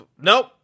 nope